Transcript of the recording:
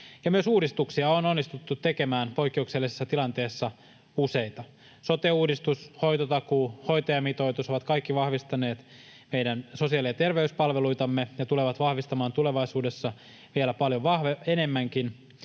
Myös uudistuksia on onnistuttu tekemään poikkeuksellisessa tilanteessa useita. Sote-uudistus, hoitotakuu, hoitajamitoitus ovat kaikki vahvistaneet meidän sosiaali- ja terveyspalveluitamme ja tulevat vahvistamaan tulevaisuudessa vielä paljon enemmänkin.